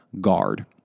guard